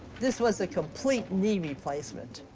this was a complete knee replacement.